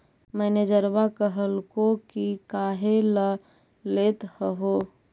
मैनेजरवा कहलको कि काहेला लेथ हहो?